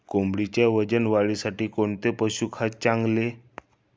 कोंबडीच्या वजन वाढीसाठी कोणते पशुखाद्य चांगले?